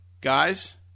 Guys